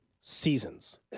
seasons